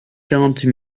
quarante